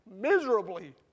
miserably